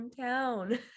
hometown